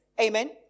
Amen